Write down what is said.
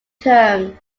terms